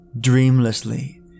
dreamlessly